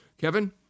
Kevin